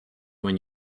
when